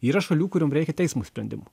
yra šalių kuriom reikia teismo sprendimo